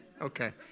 Okay